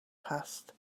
passed